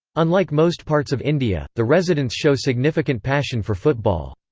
unlike most parts of india, the residents show significant passion for football.